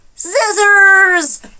Scissors